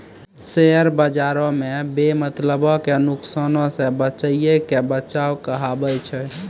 share बजारो मे बेमतलबो के नुकसानो से बचैये के बचाव कहाबै छै